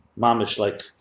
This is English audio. mamish-like